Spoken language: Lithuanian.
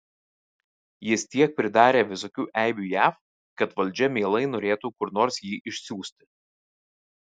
jis tiek pridarė visokių eibių jav kad valdžia mielai norėtų kur nors jį išsiųsti